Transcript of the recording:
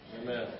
Amen